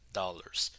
dollars